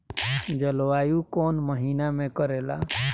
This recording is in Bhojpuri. जलवायु कौन महीना में करेला?